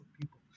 people